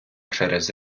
через